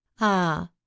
Ah